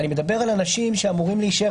אני מדבר על אנשים שאמורים להישאר.